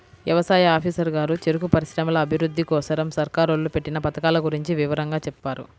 యవసాయ ఆఫీసరు గారు చెరుకు పరిశ్రమల అభిరుద్ధి కోసరం సర్కారోళ్ళు పెట్టిన పథకాల గురించి వివరంగా చెప్పారు